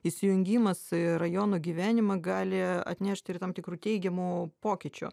įsijungimas į rajono gyvenimą gali atnešt ir tam tikrų teigiamų pokyčių